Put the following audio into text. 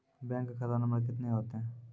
Bank का खाता number कितने होते हैं?